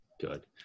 good